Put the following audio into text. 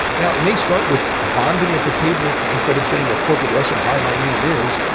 now it may start with bonding at the table. instead of saying a corporate restaurant, hi, my name is.